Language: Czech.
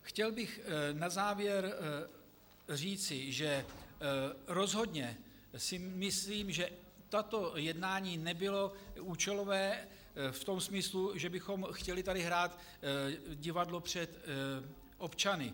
Chtěl bych na závěr říci, že rozhodně si myslím, že toto jednání nebylo účelové v tom smyslu, že bychom tady chtěli hrát divadlo před občany.